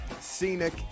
scenic